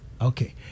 okay